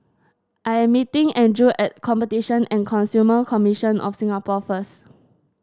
I am meeting Andrew at Competition and Consumer Commission of Singapore first